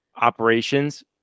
operations